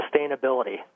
sustainability